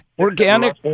organic